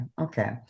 okay